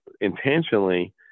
intentionally